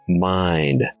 mind